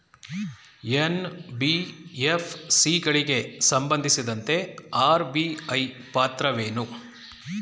NBFC ಗಳಿಗೆ ಸಂಬಂಧಿಸಿದಂತೆ RBI ಪಾತ್ರವೇನು?